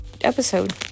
episode